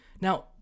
now